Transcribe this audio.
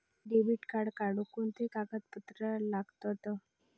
Debit card काढुक कोणते कागदपत्र लागतत?